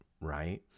right